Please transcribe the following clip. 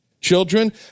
Children